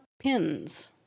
pins